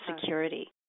security